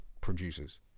producers